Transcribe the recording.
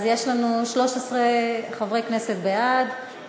אז יש לנו 13 חברי כנסת בעד,